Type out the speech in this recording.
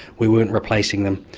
we weren't replacing them.